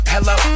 Hello